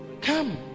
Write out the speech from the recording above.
Come